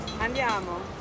Andiamo